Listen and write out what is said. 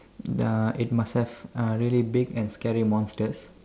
ya it must have uh really big and scary monsters